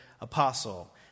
apostle